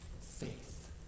faith